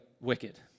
wicked